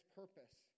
purpose